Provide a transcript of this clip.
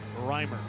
Reimer